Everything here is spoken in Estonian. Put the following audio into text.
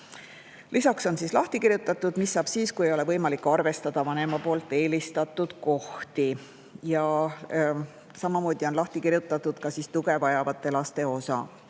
Lisaks on lahti kirjutatud, mis saab siis, kui ei ole võimalik arvestada lapsevanema eelistatud kohti. Ja samamoodi on lahti kirjutatud tuge vajavate laste osa.